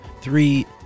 three